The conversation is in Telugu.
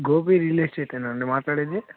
గోపి రియల్ ఎస్టేట్ ఏనా అండి మాట్లాడేది